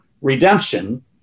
redemption